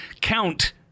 Count